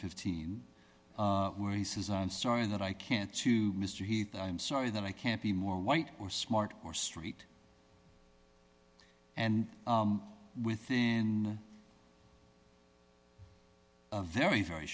fifteen where he says i'm sorry that i can't to mr heath i'm sorry that i can't be more white or smart or street and within a very very